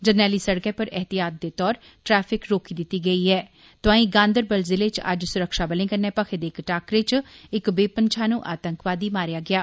जरनैली सड़कै पर ऐहतियात दे तौर ट्रैफिक रोकी दिती गेई तोओई गांदरबल जिले च अज्ज सुरक्षाबलें कन्नै भखे दे इक टाकरे च इक बेपंछानू आतंकवादी मारेआ गेआ